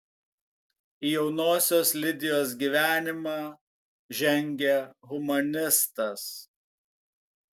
į jaunosios lidijos gyvenimą žengia humanistas